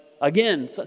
again